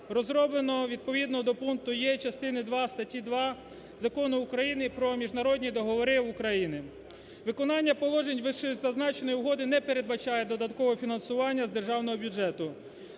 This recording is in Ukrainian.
розроблено відповідно до пункту "е" частини два статті 2 Закону України "Про міжнародні договори України". Виконання положень вищезазначеної угоди не передбачає додаткового фінансування з Державного бюджету.